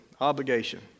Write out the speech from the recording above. obligation